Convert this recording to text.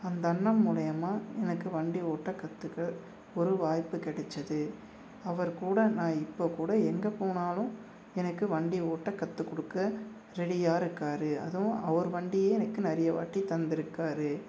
அந்த அண்ணன் மூலிமா எனக்கு வண்டி ஓட்டக் கற்றுக்க ஒரு வாய்ப்பு கிடைச்சது அவர் கூட நான் இப்போ கூட எங்கே போனாலும் எனக்கு வண்டி ஓட்டக் கற்றுக் கொடுக்க ரெடியாக இருக்கார் அதுவும் அவர் வண்டியையே எனக்கு நிறைய வாட்டி தந்திருக்காரு